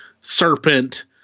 serpent